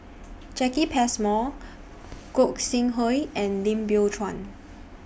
Jacki Passmore Gog Sing Hooi and Lim Biow Chuan